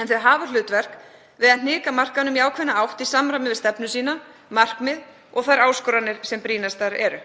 en þau hafa hlutverk við að hnika markaðnum í ákveðna átt í samræmi við stefnu sína, markmið og þær áskoranir sem brýnastar eru.